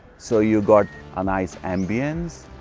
so you got a nice ambiance.